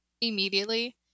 immediately